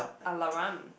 Alaram